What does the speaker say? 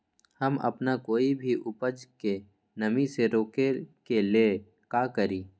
हम अपना कोई भी उपज के नमी से रोके के ले का करी?